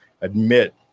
admit